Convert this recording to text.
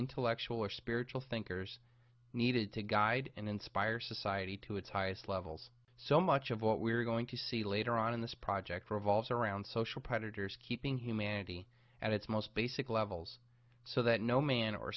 intellectual or spiritual thinkers needed to guide and inspire society to its highest levels so much of what we're going to see later on in this project revolves around social predators keeping humanity at its most basic levels so that no man or